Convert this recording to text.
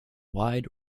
wide